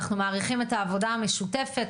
אנחנו מעריכים את העבודה המשותפת,